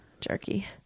jerky